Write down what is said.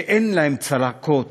שאין להם צלקות